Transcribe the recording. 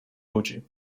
ludzi